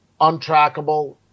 untrackable